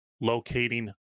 locating